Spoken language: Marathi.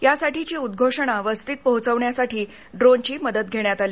यासाठीची उद्दोषणा वस्तीत पोहोचवण्यासाठी ड्रोन ची मदत घेण्यात आली